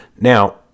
Now